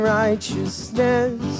righteousness